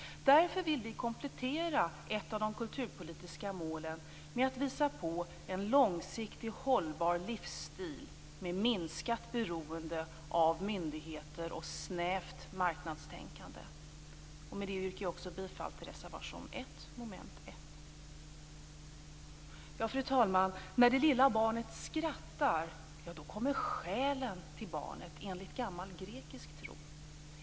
Därför vill vi komplettera ett av de kulturpolitiska målen med att visa på en långsiktigt hållbar livsstil med minskat beroende av myndigheter och snävt marknadstänkande. Med detta yrkar jag bifall till reservation 1 avseende mom. 1. Fru talman! När det lilla barnet skrattar kommer själen till barnet, enligt gammal grekisk tro.